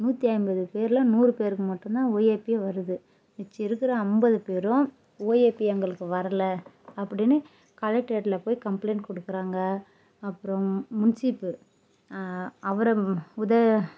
நூற்றி ஐம்பது பேரில் நூறு பேருக்கு மட்டும் தான் ஓஏபியே வருது மிச்ச இருக்கிற ஐம்பது பேரும் ஓஏபி எங்களுக்கு வரல அப்படின்னு கலெக்ட்ரேட்டில போய் கம்ப்ளைண்ட் கொடுக்குறாங்க அப்புறம் முன்சீப்பு அவர உத